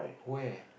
where